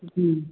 जी